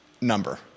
number